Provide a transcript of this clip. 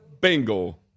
Bengal